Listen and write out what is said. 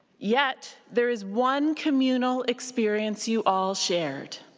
yet there is one communal experience you all shared.